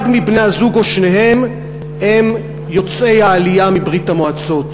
אחד מבני-הזוג או שניהם הם יוצאי ברית-המועצות,